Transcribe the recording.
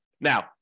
Now